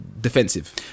defensive